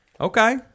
Okay